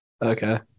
Okay